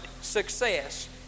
success